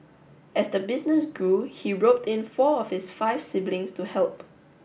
as the business grew he roped in four of his five siblings to help